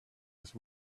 his